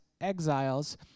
exiles